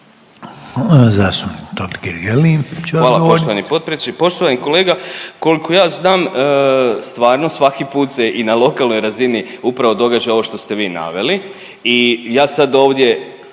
Hvala poštovani potpredsjedniče. Poštovani kolega, kolko ja znam stvarno svaki put se i na lokalnoj razini upravo događa ovo što ste vi naveli